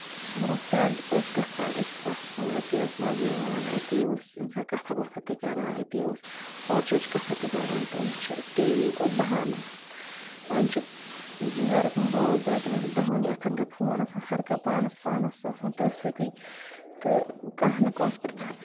برونہہ کالہِ ٲسۍ گژھان أکِس اکھ سُند اَتی اوس مَزٕ یِوان اَتی اوس اِنسان کَتھا باتھا تہِ کران اَتی اوس اورٕچ یورٕچ کَتھا تہِ کران تہٕ وۄنۍ چھُ ٹی ویُک اوس بَہانہٕ آسان وۄںۍ چھِ گرَس منٛز بٲژ دہ تِمَن چھِ دہؤنی اَتھَن کٮ۪تھ فون آسان بیٚیہِ ہَر کانہہ پانَس پانَس آسان تٔتھۍ سۭتہِ تہٕ کانہہ نہٕ کٲنسہِ پرٕژھان